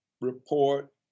report